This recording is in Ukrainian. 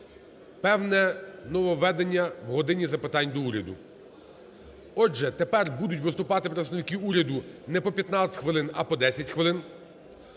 певне нововведення у "годині запитань до Уряду". Отже, тепер будуть виступати представники уряду не по 15 хвилин, а по 10 хвилин,